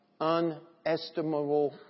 unestimable